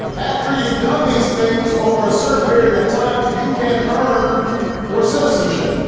after you've done these things over a certain period of time, you can earn your citizenship.